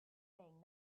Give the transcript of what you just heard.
saying